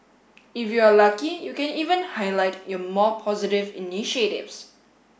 if you are lucky you can even highlight your more positive initiatives